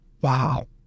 Wow